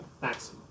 Thanks